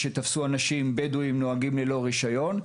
בהם תפסו בדואים נוהגים ללא רישיון,